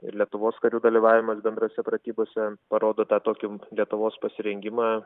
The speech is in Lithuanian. ir lietuvos karių dalyvavimas bendrose pratybose parodo tą tokį lietuvos pasirengimą